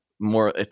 more